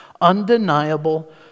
Undeniable